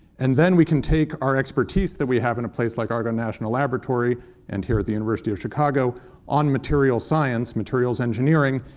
and then we can take our expertise that we have in a place like argonne national laboratory and here at the university of chicago on materials science, materials engineering,